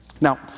Now